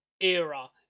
era